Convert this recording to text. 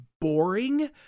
boring